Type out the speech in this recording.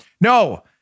No